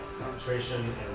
Concentration